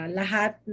lahat